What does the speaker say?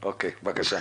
בבקשה.